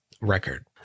record